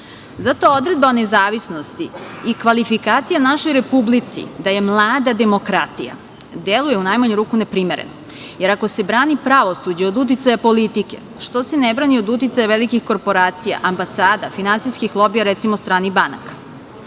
odredba o nezavisnosti i kvalifikacija našoj Republici da je mlada demokratija deluje, u najmanju ruku, neprimereno. Jer, ako se brani pravosuđe od uticaja politike, što se ne brani od uticaja velikih korporacija, ambasada, finansijskih lobija, recimo, stranih banaka? Kada